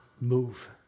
move